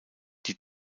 die